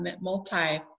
multi-